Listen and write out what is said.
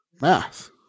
math